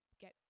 get